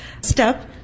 step